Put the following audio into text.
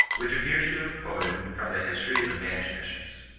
which appears to have quoted from the history of danish mis sions